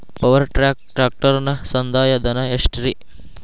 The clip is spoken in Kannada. ಪವರ್ ಟ್ರ್ಯಾಕ್ ಟ್ರ್ಯಾಕ್ಟರನ ಸಂದಾಯ ಧನ ಎಷ್ಟ್ ರಿ?